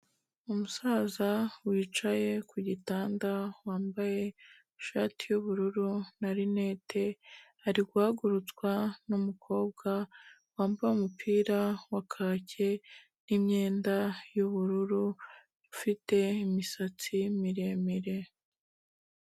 Umusaza wicaye ku gitanda wambaye ishati y'ubururu na rinete, ari guhagurutswa n'umukobwa wambaye umupira wa kake n'imyenda y'ubururu ufite imisatsi miremire.